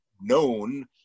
known